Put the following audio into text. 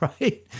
right